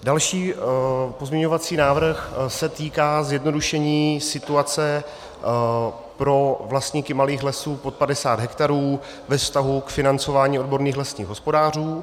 Další pozměňovací návrh se týká zjednodušení situace pro vlastníky malých lesů pod 50 hektarů ve vztahu k financování odborných lesních hospodářů.